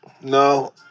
No